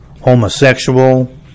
homosexual